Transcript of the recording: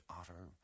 otter